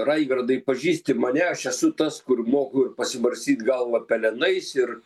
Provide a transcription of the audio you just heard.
raigardai pažįsti mane aš esu tas kur moku ir pasibarstyt galvą pelenais ir